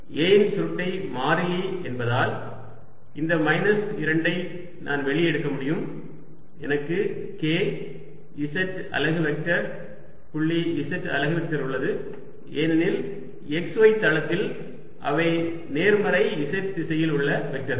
A இன் சுருட்டை மாறிலி என்பதால் இந்த மைனஸ் 2 ஐ நான் வெளியே எடுக்க முடியும் எனக்கு k z அலகு வெக்டர் புள்ளி z அலகு வெக்டர் உள்ளது ஏனெனில் xy தளத்தில் அவை நேர்மறை z திசையில் உள்ள வெக்டர்கள்